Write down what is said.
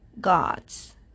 gods